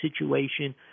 situation